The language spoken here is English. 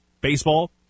baseball